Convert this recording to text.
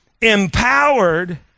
Empowered